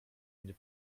mnie